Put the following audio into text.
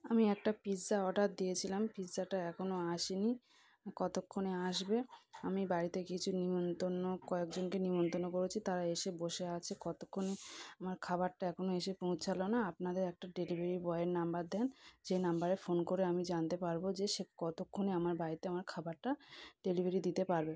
আমি একটা pizza order দিয়েছিলাম পিজ্জাটা এখনও আসেনি কতক্ষণে আসবে আমি বাড়িতে কিছু নিমন্তন্ন কয়েকজনকে নিমন্তন্ন করেছি তারা এসে বসে আছে কতক্ষণে আমার খাবারটা এখনও এসে পৌঁছালো না আপনাদের একটা ডেলিভারি বয়ের নম্বর দেন যে নম্বরে ফোন করে আমি জানতে পারব যে সে কতক্ষণে আমার বাড়িতে আমার খাবারটা ডেলিভারি দিতে পারবে